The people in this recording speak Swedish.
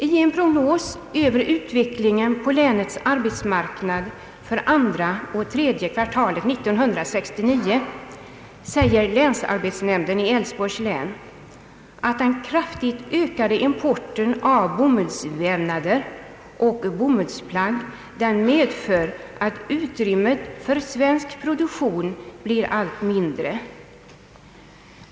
I en prognos över utvecklingen på länets arbetsmarknad för andra och tredje kvartalet 1969 säger länsarbetsnämnden i Älvsborgs län att den kraftigt ökade importen av bomullsvävnader och bomullsplagg medför att utrymmet för svensk produktion blir allt mindre.